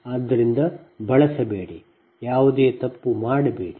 ಆದ್ದರಿಂದ ಬಳಸಬೇಡಿ ಯಾವುದೇ ತಪ್ಪು ಮಾಡಬೇಡಿ